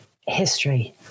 History